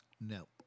No